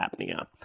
apnea